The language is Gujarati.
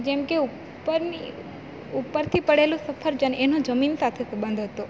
જેમ કે ઉપરની ઉપરથી પડેલું સફરજન એનો જમીન સાથે સંબંધ હતો